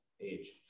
age